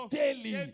daily